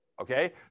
Okay